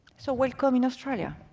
so welcome in australia.